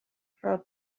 her